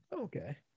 Okay